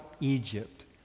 Egypt